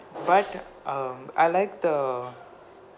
but um I like the